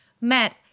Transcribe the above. Matt